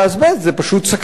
זה פשוט סכנה.